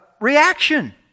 reaction